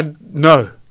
No